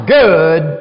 good